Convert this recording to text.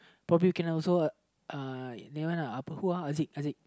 probably cannot alsouhNaona whouhAzik Azik